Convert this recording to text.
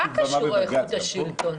מה הם קשורים, איכות השלטון?